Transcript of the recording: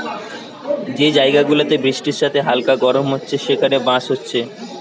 যে জায়গা গুলাতে বৃষ্টির সাথে হালকা গরম হচ্ছে সেখানে বাঁশ হচ্ছে